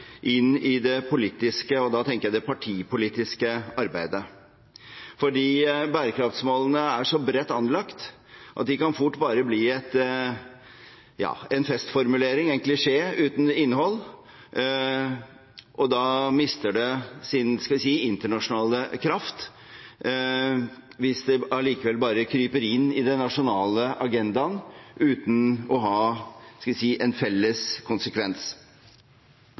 i det politiske, og da tenker jeg det partipolitiske, arbeidet. Dette er fordi bærekraftsmålene er så bredt anlagt at de fort bare kan bli en festformulering, en klisjé, uten innhold. Da mister målene sin internasjonale kraft, hvis de likevel bare kryper inn i den nasjonale agendaen, uten å ha en felles konsekvens.